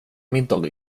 middag